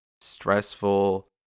stressful